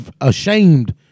ashamed